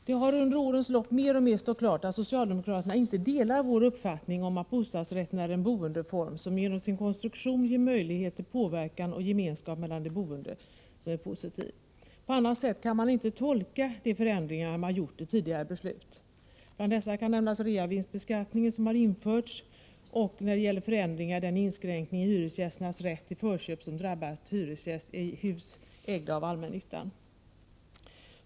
Det har under årens lopp mer och mer stått klart att socialdemokraterna inte delar vår uppfattning om att bostadsrätten är en boendeform som genom sin konstruktion ger möjlighet till påverkan och gemenskap mellan de boende som är något positivt. På annat sätt kan man inte tolka de förändringar man gjort i tidigare beslut. Bland dessa kan nämnas reavinstbeskattningen som har införts och när det gäller förändringar den inskränkning i hyresgästernas rätt till förköp som drabbat hyresgäst i hus ägda av allmännyttan.